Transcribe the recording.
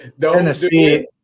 Tennessee